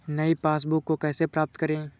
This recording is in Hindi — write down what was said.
नई पासबुक को कैसे प्राप्त करें?